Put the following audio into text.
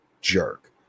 jerk